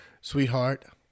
sweetheart